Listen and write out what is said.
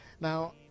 Now